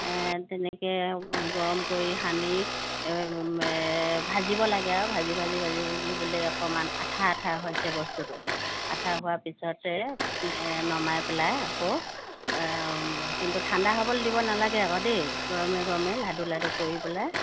তেনেকৈ গৰম কৰি সানি ভাজিব লাগে আৰু ভাজি ভাজি ভাজি ভাজি বোলে অকমান আঠা আঠা হৈছে বস্তুটো আঠা হোৱা পিছতে নমাই পেলাই আকৌ কিন্তু ঠাণ্ডা হ'বলৈ দিব নালাগে আকৌ দেই গৰমে গৰমে লাডু লাডু কৰি পেলাই